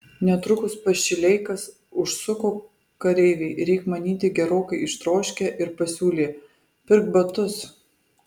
netrukus pas šileikas užsuko kareiviai reik manyti gerokai ištroškę ir pasiūlė pirk batus